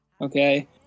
Okay